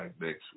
next